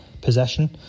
possession